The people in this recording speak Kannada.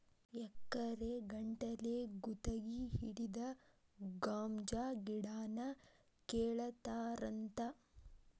ಎಕರೆ ಗಟ್ಟಲೆ ಗುತಗಿ ಹಿಡದ ಗಾಂಜಾ ಗಿಡಾನ ಕೇಳತಾರಂತ